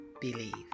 Believe